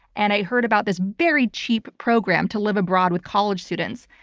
and i heard about this very cheap program to live abroad with college students.